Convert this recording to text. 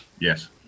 Yes